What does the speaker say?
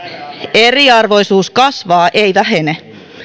eriarvoisuus kasvaa ei vähene